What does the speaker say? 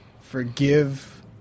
forgive